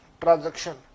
transaction